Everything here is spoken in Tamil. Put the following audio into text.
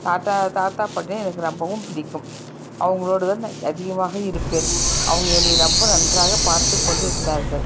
தாத்தா தாத்தா பாட்டினால் எனக்கு ரொம்பவும் பிடிக்கும் அவங்களோடு தான் நான் இங் அதிகமாக இருப்பேன் அவங்க என்னை ரொம்ப நன்றாக பார்த்துக் கொண்டு இருந்தார்கள்